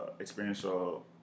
experiential